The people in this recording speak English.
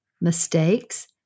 mistakes